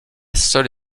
seule